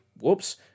Whoops